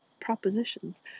propositions